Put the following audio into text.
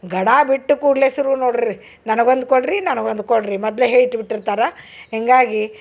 ಗಡಾ ಬಿಟ್ಟು ಕೂಡಲೇ ಸುರುವ ನೋಡ್ರಿ ನನಗೊಂದು ಕೊಡ್ರಿ ನನಗೊಂದು ಕೊಡ್ರಿ ಮೊದಲೇ ಹೇಳಿಟ್ಬಿಟ್ಟಿರ್ತಾರೆ ಹೀಗಾಗಿ